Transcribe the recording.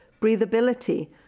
breathability